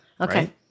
Okay